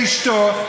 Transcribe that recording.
לאשתו,